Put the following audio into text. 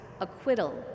acquittal